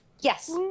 Yes